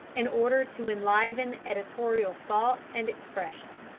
in order to enliven editorial thought and expression.